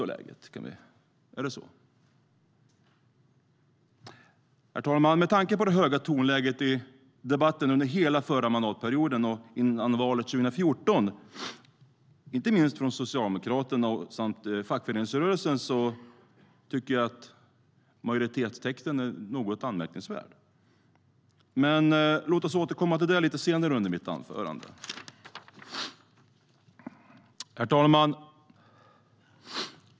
Är det så? Herr talman!